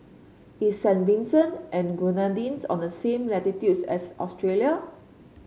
is Saint Vincent and the Grenadines on the same latitudes as Australia